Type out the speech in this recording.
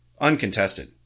uncontested